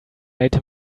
made